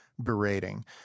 berating